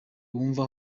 wumva